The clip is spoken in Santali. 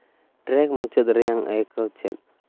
ᱴᱨᱮᱜᱽ ᱢᱩᱪᱟᱹᱫ ᱨᱮᱭᱟᱜ ᱟᱹᱭᱠᱟᱹᱣ ᱪᱮᱫ